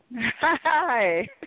Hi